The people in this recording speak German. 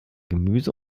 gemüse